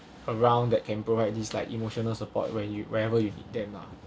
around that can provide this like emotional support when you whenever you need them lah